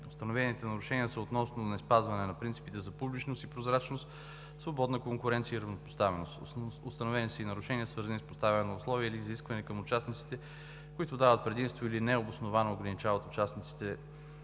Установените нарушения са относно неспазване на принципите за публичност и прозрачност, свободна конкуренция и равнопоставеност. Установени са и нарушения, свързани с поставяне на условия или изисквания към участниците, които дават предимство или необосновано ограничават участниците